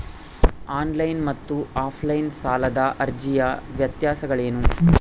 On line ಮತ್ತು offline ಸಾಲದ ಅರ್ಜಿಯ ವ್ಯತ್ಯಾಸಗಳೇನು?